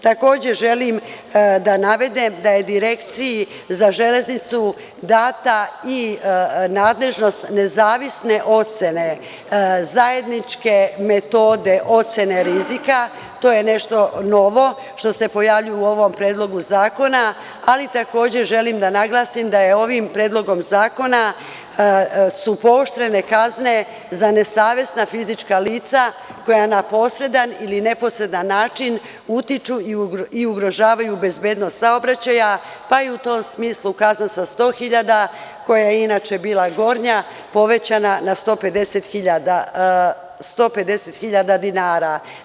Takođe, želim da navedem da je Direkciji za železnicu data i nadležnost nezavisne ocene, zajedničke metode ocene rizika i to je nešto novo što se pojavljuje u ovom predlogu zakona, ali takođe želim da naglasim da je ovim predlogom zakona, pooštrene su kazne za nesavesna fizička lica koja na posredan ili neposredan način utiču i ugrožavaju bezbednost saobraćaja, pa i u tom smislu kazna sa 100 hiljada dinara, koja je inače bila gornja, povećana je na 150 hiljada dinara.